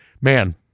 man